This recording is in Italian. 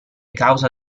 causa